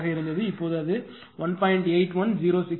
89 ஆக இருந்தது இப்போது அது 1